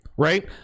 Right